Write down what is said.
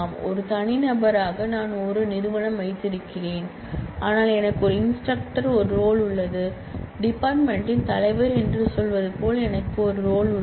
ஒரு தனிநபராக நான் ஒரு நிறுவனம் வைத்திருக்கிறேன் ஆனால் எனக்கு ஒரு இன்ஸ்டிரக்டராக ஒரு ரோல் உள்ளது டிபார்ட்மென்ட் ன் தலைவர் என்று சொல்வது போல் எனக்கு ஒரு ரோல் உள்ளது